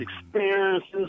experiences